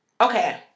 Okay